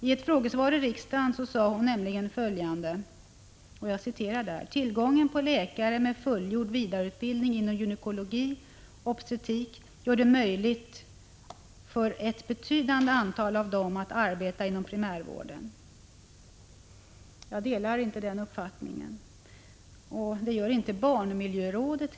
I ett frågesvar i riksdagen sade hon nämligen följande: ”Tillgången på läkare med fullgjord vidareutbildning inom gynekologi/ obstetrik gör det möjligt för ett betydande antal av dem att arbeta inom primärvården.” Jag delar inte denna uppfattning. Det gör inte heller barnmiljörådet.